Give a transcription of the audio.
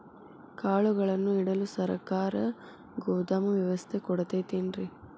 ಕಾಳುಗಳನ್ನುಇಡಲು ಸರಕಾರ ಗೋದಾಮು ವ್ಯವಸ್ಥೆ ಕೊಡತೈತೇನ್ರಿ?